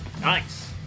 Nice